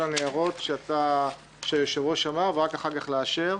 הניירות שהיושב-ראש ציין ורק אחר כך לאשר.